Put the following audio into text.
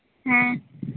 ᱦᱮᱸ